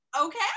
Okay